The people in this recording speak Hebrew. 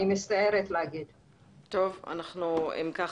אם כך,